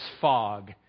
fog